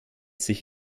sich